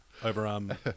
Overarm